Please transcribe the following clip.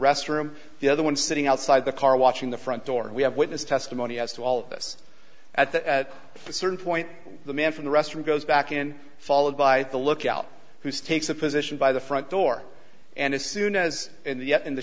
restroom the other one sitting outside the car watching the front door and we have witness testimony as to all of this at that at a certain point the man from the restroom goes back in followed by the lookout who's takes a position by the front door and as soon as yet in the